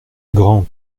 grand